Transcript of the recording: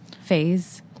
phase